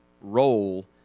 role